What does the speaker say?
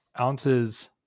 ounces